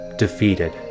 defeated